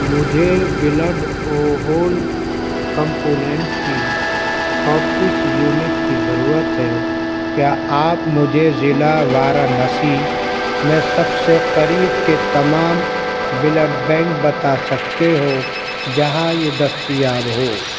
مجھے blood O whole component کی تونتیس یونٹ کی ضرورت ہے کیا آپ مجھے ضلع وارانسی میں سب سے قریب کے تمام بلڈ بینک بتا سکتے ہو جہاں یہ دستیاب ہو